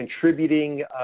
contributing